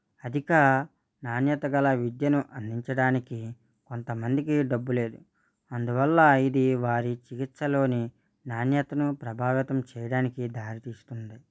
అధిక నాణ్యత గల విద్యను అందించడానికి కొంతమందికి డబ్బు లేదు అందువల్ల ఇది వారి చికిత్సలోనే నాణ్యతను ప్రభావితం చేయడానికి దారితీస్తుంది